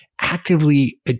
actively